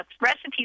recipes